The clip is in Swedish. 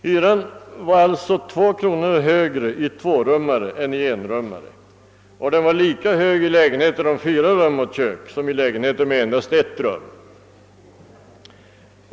Hyran var alltså 2 kronor högre i tvårummare än i enrummare, och den var lika hög i lägenheter om fyra rum och kök som i lägenheter om endast ett rum.